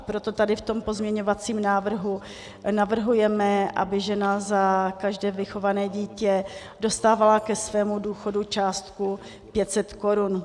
Proto v tom pozměňovacím návrhu navrhujeme, aby žena za každé vychované dítě dostávala ke svému důchodu částku 500 korun.